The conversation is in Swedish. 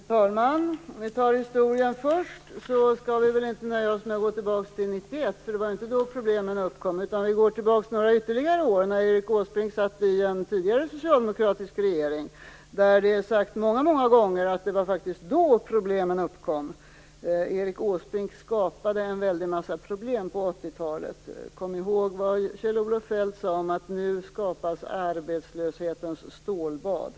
Fru talman! Låt oss ta historien först. Vi skall väl inte nöja oss med att gå tillbaks till 1991. Det var ju inte då problemen uppkom. Låt oss gå tillbaks ytterligare några år när Erik Åsbrink satt i en tidigare socialdemokratisk regering. Det är sagt många gånger att det faktiskt var då problemen uppkom. Erik Åsbrink skapade en väldig massa problem på 80-talet. Kom ihåg vad Kjell-Olof Feldt sade om att nu skapas arbetslöshetens stålbad!